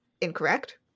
incorrect